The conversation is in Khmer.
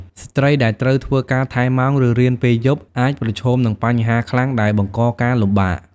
ស្ត្រីដែលត្រូវធ្វើការថែមម៉ោងឬរៀនពេលយប់អាចប្រឈមនឹងបញ្ហាខ្លាំងដែលបង្កការលំបាក។